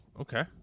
Okay